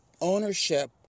ownership